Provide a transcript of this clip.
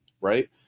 right